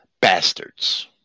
bastards